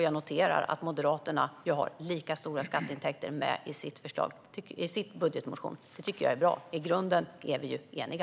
Jag noterar att Moderaterna har lika stora skatteintäkter i sin budgetmotion. Det tycker jag är bra. I grunden är vi eniga.